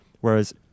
Whereas